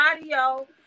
audio